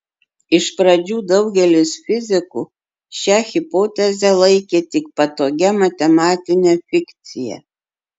iš pradžių daugelis fizikų šią hipotezę laikė tik patogia matematine fikcija